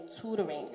tutoring